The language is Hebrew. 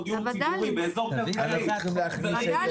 דיור ציבורי באזור כלכלי צריך --- מיכאל,